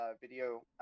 video